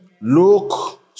Look